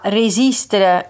resistere